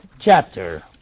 chapter